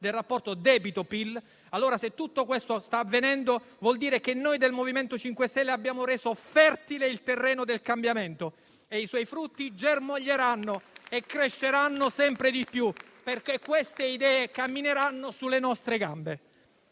del rapporto debito-Pil, se tutto questo sta avvenendo, vuol dire che noi del MoVimento 5 Stelle abbiamo reso fertile il terreno del cambiamento e i suoi frutti germoglieranno e cresceranno sempre di più, perché queste idee cammineranno sulle nostre gambe.